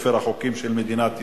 בספר החוקים של מדינת ישראל.